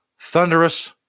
Thunderous